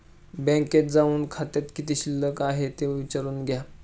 बँकेत जाऊन खात्यात किती शिल्लक आहे ते विचारून घ्या